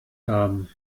haben